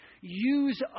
Use